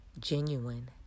genuine